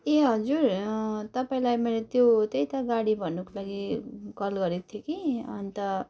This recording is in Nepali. ए हजुर तपाईँलाई मैले त्यो त्यही त गाडी भन्नुको लागि कल गरेको थिएँ कि अनि त